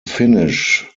finnish